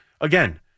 Again